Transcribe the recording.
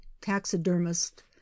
Taxidermist